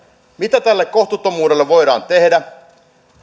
mitä tälle kohtuuttomuudelle voidaan tehdä että